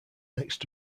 next